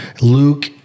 Luke